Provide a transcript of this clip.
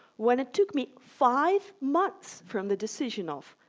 when it took me five months from the decision of